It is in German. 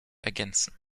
ergänzen